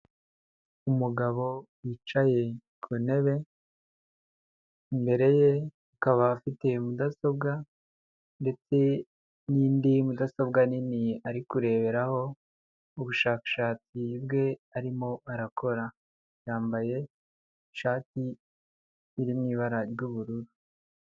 Umugabo wicaye ku ntebe, imbere ye akaba afite mudasobwa ndetse n'indi mudasobwa nini ari kureberaho, ubushakashatsi bwe arimo arakora, yambaye ishati iri mu ibara ry'ubururu.